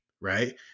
Right